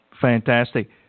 Fantastic